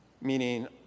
Meaning